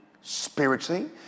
spiritually